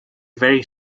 very